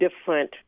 different